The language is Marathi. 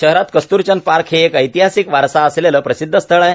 शहरात कस्तूरचंद पार्क हे एक ऐतिहासिक वारसा असलेले प्रसिध्द स्थळ आहे